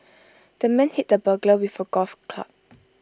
the man hit the burglar with A golf club